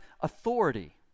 authority